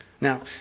Now